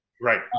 Right